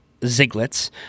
Ziglets